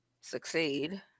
Succeed